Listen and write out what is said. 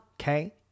Okay